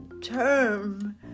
term